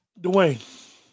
Dwayne